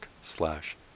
slash